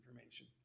information